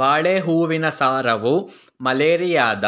ಬಾಳೆ ಹೂವಿನ ಸಾರವು ಮಲೇರಿಯಾದ